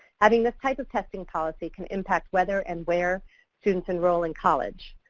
having this type of testing policy can impact whether and where students enroll in college.